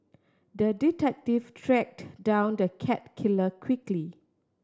the detective tracked down the cat killer quickly